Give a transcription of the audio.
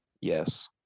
Yes